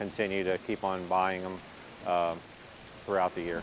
continue to keep on buying them throughout the year